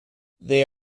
they